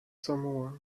samoa